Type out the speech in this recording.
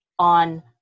on